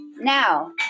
Now